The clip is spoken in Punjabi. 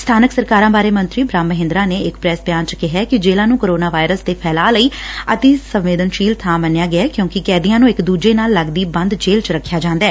ਸਬਾਨਕ ਸਰਕਾਰਾਂ ਬਾਰੇ ਮੰਤਰੀ ਬੁਹਮ ਮਹਿੰਦਰਾ ਨੇ ਇਕ ਪ੍ਰੈਸ ਬਿਆਨ ਚ ਕਿਹੈ ਕਿ ਜੇਲਾਂ ਨੂੰ ਕੋਰੋਨਾ ਵਾਇਰਸ ਦੇ ਫੈਲਾਅ ਲਈ ਅਤਿ ਸੰਵੇਦਨਸੀਲ ਬਾ ਮੰਨਿਆ ਗਿਐ ਕਿਉਂਕਿ ਕੈਦੀਆ ਨੂੰ ਇਕ ਦੁਜੇ ਨੂੰ ਨਾਲ ਲੱਗੱਦੀ ਬੰਦ ਜੇਲ ਚ ਰਖਿਆ ਜਾਂਦੈ